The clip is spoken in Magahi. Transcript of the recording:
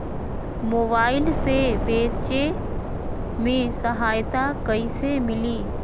मोबाईल से बेचे में सहायता कईसे मिली?